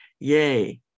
Yay